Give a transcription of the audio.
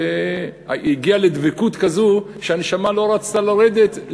והגיע לדבקות כזו שהנשמה לא רצתה לרדת,